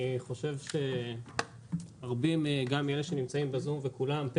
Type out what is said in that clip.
אני חושב שהרבה גם מאלה שנמצאים בזום וכולם פה